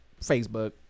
Facebook